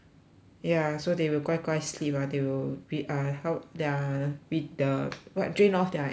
ya so they will 乖乖 sleep or they will be I how their with the what drain of their energy